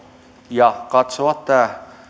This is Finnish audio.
ja